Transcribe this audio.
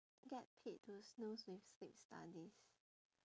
get paid to snooze with sleep studies